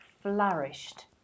flourished